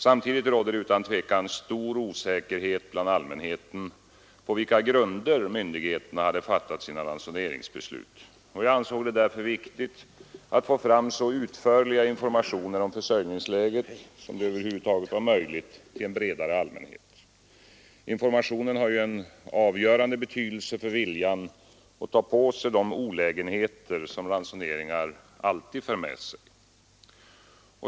Samtidigt rådde det utan tvivel stor osäkerhet bland allmänheten om på vilka grunder myndigheterna hade fattat sina ransoneringsbeslut. Jag ansåg det därför viktigt att till en bredare allmänhet få fram så utförliga informationer om försörjningsläget som över huvud taget är möjligt. Informationen har ju en avgörande betydelse för viljan att ta på sig de olägenheter som ransoneringar alltid för med sig.